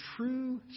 true